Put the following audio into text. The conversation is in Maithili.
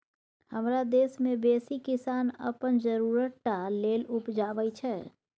हमरा देश मे बेसी किसान अपन जरुरत टा लेल उपजाबै छै